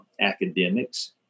academics